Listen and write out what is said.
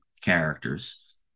characters